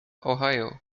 ohio